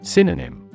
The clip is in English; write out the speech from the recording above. Synonym